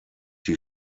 die